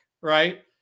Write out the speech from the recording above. Right